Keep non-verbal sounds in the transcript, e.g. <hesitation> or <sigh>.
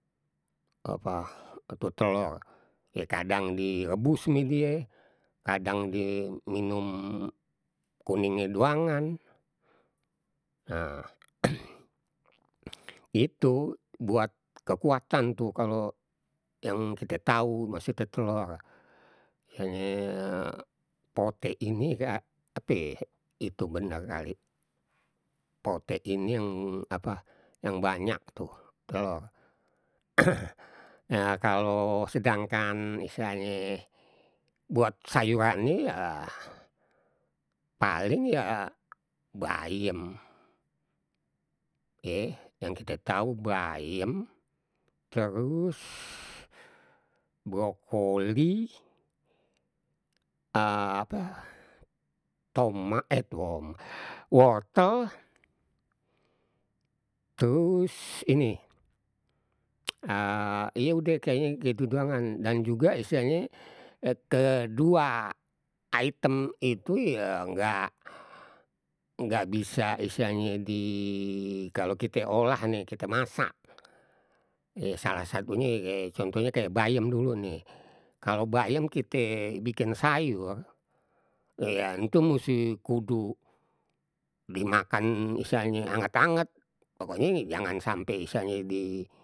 Apa atau telor, ya kadang direbus me die kadang diminum kuningnye doangan. Nah <noise> itu buat kekuatan tu kalo yang kite tahu masih tu telor <unintelligible> poteinnye <unintelligible> itu bener kali. Poteinnye yang apa yang banyak tuh telor. <noise> nah, kalo sedangkan misalnye buat sayurannye ya, paling ya bayem. Ye yang kita tahu bayem, terus brokoli, apa toma eh tomat, woltel, terus ini, <noise> <hesitation> ya udeh kayaknya itu doangan dan juga istilahnya kedua item itu ya nggak, nggak bisa istilahnye di kalau kite olah ni, kite masak. Ye salah satunye ye contohnye kayak bayem dulu nih. Kalau bayem kite bikin sayur, ya ntu musti kudu dimakan misalnye anget- anget. Pokoknye jangan sampai misalnya di.